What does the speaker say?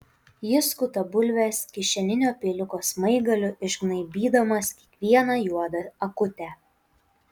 jis skuta bulves kišeninio peiliuko smaigaliu išgnaibydamas kiekvieną juodą akutę